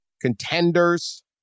contenders